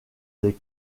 des